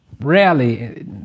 rarely